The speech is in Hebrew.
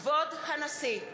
כבוד הנשיא!